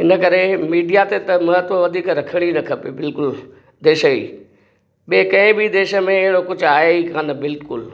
इन करे मीडिया ते महत्व वधीक रखणु ई न खपे बिल्कुलु देश ई ॿिए कंहिं बि देश में अहिड़ो कुझु आहे ई कोन्ह बिल्कुलु